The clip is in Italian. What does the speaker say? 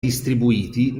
distribuiti